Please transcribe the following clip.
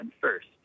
first